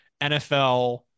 NFL